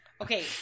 Okay